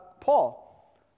Paul